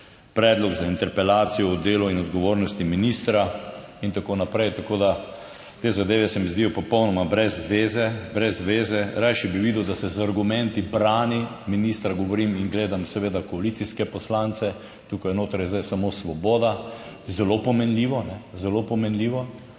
predlog za interpelacijo, o delu in odgovornosti ministra in tako naprej. Tako da, te zadeve se mi zdijo popolnoma brez veze, brez veze, rajši bi videl, da se z argumenti brani ministra, govorim in gledam seveda koalicijske poslance, tukaj notri je zdaj samo Svoboda, zelo pomenljivo, zelo pomenljivo,